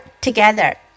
together